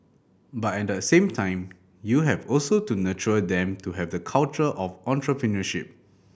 but at the same time you have also to nurture them to have the culture of entrepreneurship